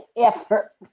effort